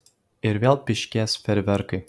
ir vėl pyškės fejerverkai